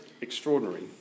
extraordinary